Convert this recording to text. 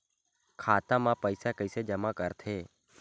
खाता म पईसा कइसे जमा करथे?